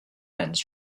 ends